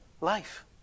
Life